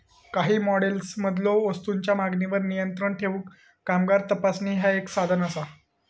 काही मॉडेल्समधलो वस्तूंच्यो मागणीवर नियंत्रण ठेवूक कामगार तपासणी ह्या एक साधन असा